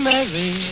Mary